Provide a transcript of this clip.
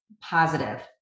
positive